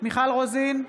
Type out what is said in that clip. מיכל רוזין,